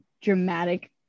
dramatic